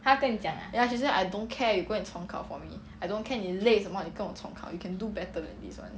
ya she said I don't care you go and 重考 for me I don't care 你累什么你跟我重考 you can do better than this [one]